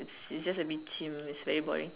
it's just a bit cheem it's very boring